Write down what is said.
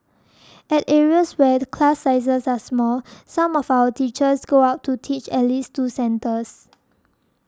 at areas where class sizes are small some of our teachers go out to teach at least two centres